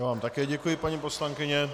Já vám také děkuji, paní poslankyně.